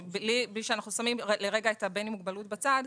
כשאנחנו שמים לרגע את הבן עם מוגבלות בצד,